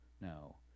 no